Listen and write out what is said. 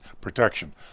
protection